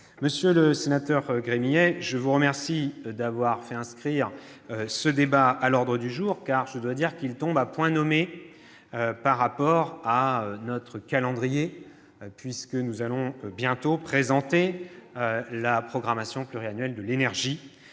Monsieur le sénateur Gremillet, je vous remercie d'avoir fait inscrire ce débat à l'ordre du jour. Je dois dire qu'il tombe à point nommé dans notre calendrier, puisque nous allons bientôt présenter la programmation pluriannuelle de l'énergie,